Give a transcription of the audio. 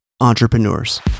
Entrepreneurs